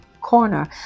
corner